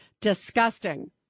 disgusting